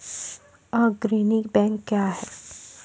अग्रणी बैंक क्या हैं?